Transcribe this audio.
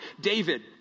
David